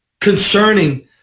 concerning